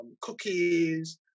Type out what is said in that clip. Cookies